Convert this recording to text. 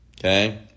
Okay